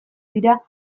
dira